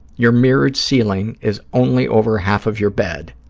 your mirrored ceiling is only over half of your bed.